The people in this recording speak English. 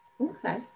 Okay